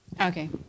Okay